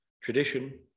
tradition